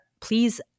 please